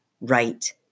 right